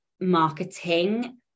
marketing